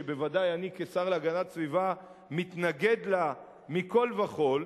שבוודאי אני כשר להגנת הסביבה מתנגד לה מכול וכול,